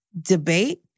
debate